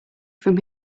from